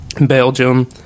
Belgium